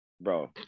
Bro